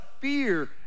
fear